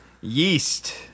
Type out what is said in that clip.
Yeast